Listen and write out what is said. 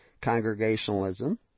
congregationalism